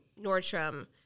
Nordstrom